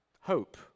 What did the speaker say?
hope